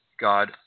God